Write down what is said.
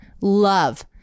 love